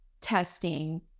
testing